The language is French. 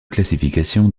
classification